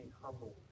humble